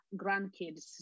grandkids